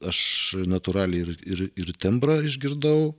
aš natūraliai ir ir ir tembrą išgirdau